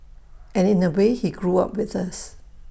and in A way he grew up with us